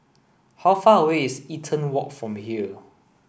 how far away is Eaton Walk from here